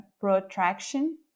protraction